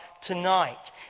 tonight